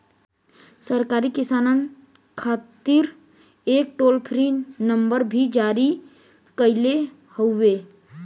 सरकार किसानन खातिर एक टोल फ्री नंबर भी जारी कईले हउवे